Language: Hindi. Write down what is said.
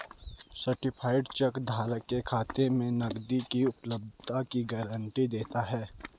सर्टीफाइड चेक धारक के खाते में नकदी की उपलब्धता की गारंटी देता है